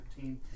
2013